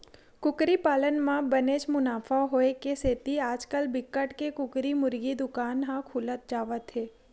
कुकरी पालन म बनेच मुनाफा होए के सेती आजकाल बिकट के कुकरी मुरगी दुकान ह खुलत जावत हे